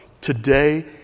today